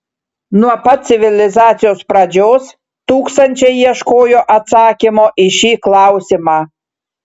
nuo pat civilizacijos pradžios tūkstančiai ieškojo atsakymo į šį klausimą